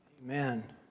Amen